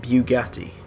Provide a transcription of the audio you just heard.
Bugatti